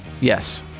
Yes